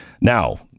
Now